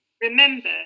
remember